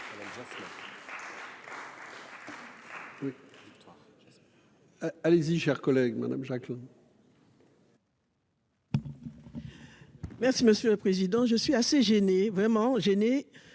Merci monsieur le président, je suis assez gênée, vraiment gêné